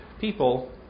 people